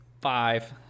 five